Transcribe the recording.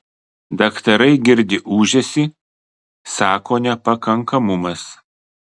daktarai girdi ūžesį sako nepakankamumas